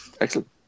Excellent